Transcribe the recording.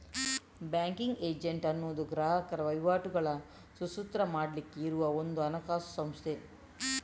banking agent ಅನ್ನುದು ಗ್ರಾಹಕರ ವಹಿವಾಟುಗಳನ್ನ ಸುಸೂತ್ರ ಮಾಡ್ಲಿಕ್ಕೆ ಇರುವ ಒಂದು ಹಣಕಾಸು ಸಂಸ್ಥೆ